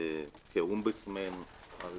כאומבודסמן על